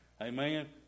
Amen